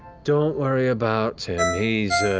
don't worry about him. he's, ah,